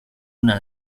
una